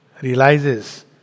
realizes